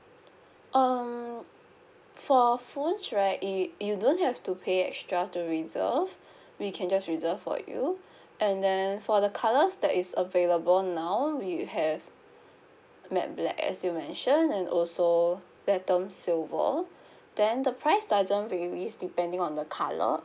um for phones right you you don't have to pay extra to reserve we can just reserve for you and then for the colours that is available now we have matt black as you mentioned and also platinum silver then the price doesn't varies depending on the colour